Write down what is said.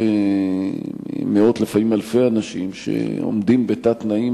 ולפעמים מאות ואלפי אנשים עומדים בתת-תנאים,